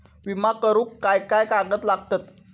विमा करुक काय काय कागद लागतत?